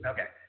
Okay